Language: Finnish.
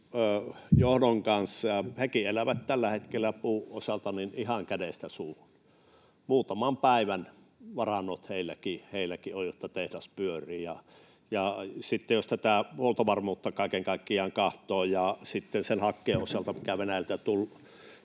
johdon kanssa, ja hekin elävät tällä hetkellä puun osalta ihan kädestä suuhun. Muutaman päivän varannot heilläkin on, jotta tehdas pyörii. Sitten jos tätä huoltovarmuutta kaiken kaikkiaan katsoo ja sitten sen hakkeen osalta, mikä Venäjältä